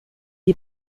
est